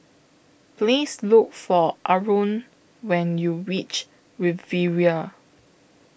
Please Look For Arron when YOU REACH Riviera